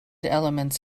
elements